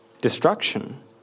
destruction